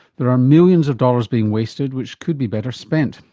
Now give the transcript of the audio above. there are millions of dollars being wasted which could be better spent,